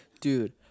Dude